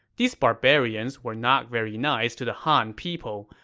these barbarians were not very nice to the han people,